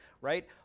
right